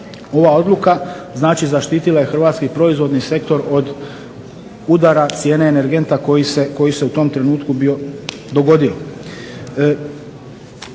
Ova odluka, znači zaštitila je hrvatski proizvodni sektor od udara cijene energenta koji se u tom trenutku bio dogodio.